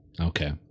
Okay